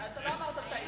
אתה לא אמרת: טעינו.